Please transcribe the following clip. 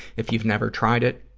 if you've never tried it,